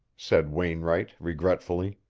said wainwright regretfully.